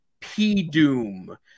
P-Doom